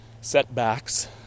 setbacks